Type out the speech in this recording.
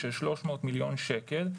של 300 מיליון שקל,